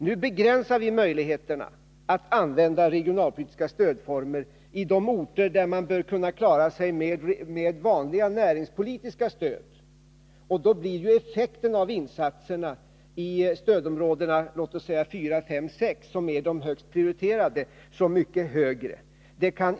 Nu begränsar vi möjligheterna att använda regionalpolitiska stödformer i de orter där man bör kunna klara sig med vanliga näringspolitiska stöd. Då blir effekten av insatserna i t.ex. stödområdena 4, 5 och 6, som är de högst prioriterade, så mycket högre.